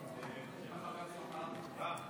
או מאותה העיר, לנדסמנשאפט.